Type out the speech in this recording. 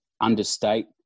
understate